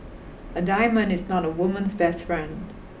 a diamond is not a woman's best friend